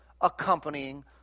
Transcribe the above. accompanying